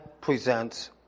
presents